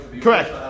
Correct